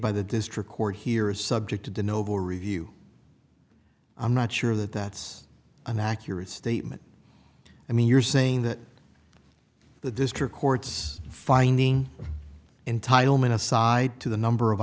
by the district court here is subject to denote a review i'm not sure that that's an accurate statement i mean you're saying that the district court's finding entitlement aside to the number of